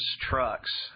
trucks